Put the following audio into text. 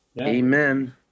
amen